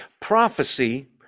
prophecy